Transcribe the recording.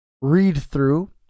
read-through